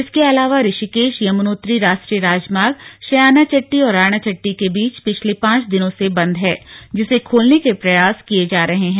इसके अलावा ऋषिकेश यमुनोत्री राष्ट्रीय राजमार्ग शयानाचट्टी और राणाचट्टी के बीच पिछले पांच दिनों से बंद है जिसे खोलने के प्रयास किए जा रहे हैं